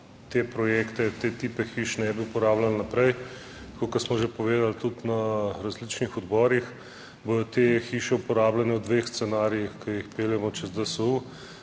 te projekte, te tipe hiš ne bi uporabljali naprej. Tako kot smo že povedali tudi na različnih odborih, bodo te hiše uporabljene v dveh scenarijih, ki jih peljemo čez DSU.